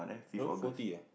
berapa forty eh